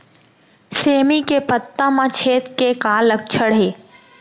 सेमी के पत्ता म छेद के का लक्षण हे?